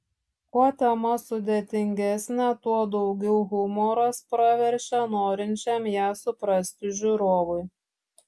kuo tema sudėtingesnė tuo daugiau humoras praverčia norinčiam ją suprasti žiūrovui